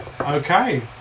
Okay